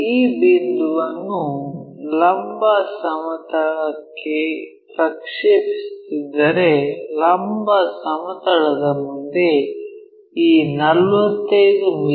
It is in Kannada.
ಈ ಬಿಂದುವನ್ನು ಲಂಬ ಸಮತಲಕ್ಕೆ ಪ್ರಕ್ಷೇಪಿಸುತ್ತಿದ್ದರೆ ಲಂಬ ಸಮತಲದ ಮುಂದೆ ಈ 45 ಮಿ